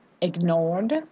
ignored